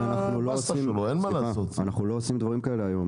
אבל אנחנו לא עושים דברים כאלה היום.